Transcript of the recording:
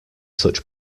such